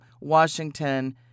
Washington